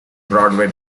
broadway